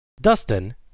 Dustin